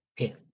Okay